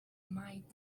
might